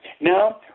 Now